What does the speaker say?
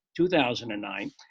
2009